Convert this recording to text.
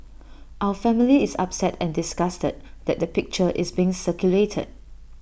our family is upset and disgusted that the picture is being circulated